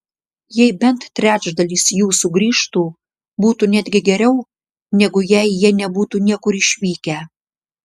jei bent trečdalis jų sugrįžtų būtų netgi geriau negu jei jie nebūtų niekur išvykę